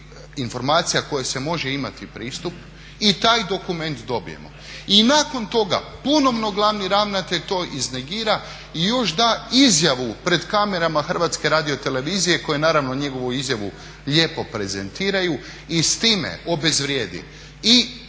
informacija kojoj se može imati pristup, i taj dokument dobije i nakon toga ponovno glavni ravnatelj to iznegira i još da izjavu pred kamerama HRT-a koji naravno njegovu izjavu lijepo prezentiraju i s time obezvrijedi i